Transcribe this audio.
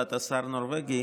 והיות שאתה שר נורבגי,